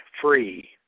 free